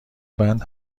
بند